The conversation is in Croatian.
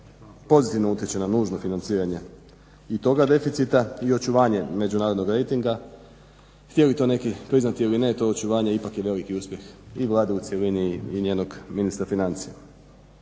pozitivno utječe na nužno financiranje i toga deficita i očuvanje međunarodnog rejtinga. Htjeli to neki priznati ili ne to očuvanje ipak je veliki uspjeh i Vlade u cjelini i njenog ministra financija.